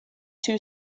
two